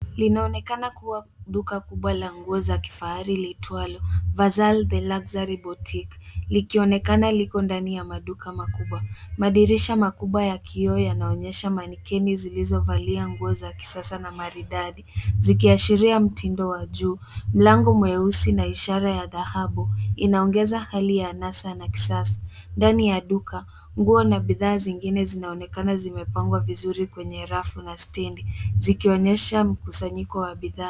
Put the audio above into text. Linaonekana kuwa duka kubwa la nguo za kifahari, liitwalo Fazal The Luxury Boutique, likionekana liko ndani ya maduka makubwa. Madirisha makubwa ya kioo yanaonyesha mannequin zilizovalia nguo za kisasa na maridadi, zikiashiria mitindo wa juu. Mlango mweusi na ishara ya dhahabu, inaongeza hali ya anasa na kisasa. Ndani ya duka, nguo na bidhaa zingine zinaonekana zimepangwa vizuri kwenye rafu na stendi, zikionyesha mkusanyiko wa bidhaa.